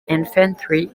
infantry